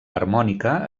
harmònica